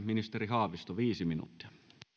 ministeri haavisto viisi minuuttia